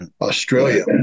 Australia